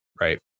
right